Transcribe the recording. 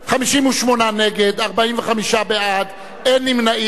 נגד, 58, בעד, 45, ואין נמנעים.